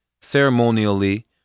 ceremonially